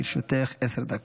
לרשותך עשר דקות.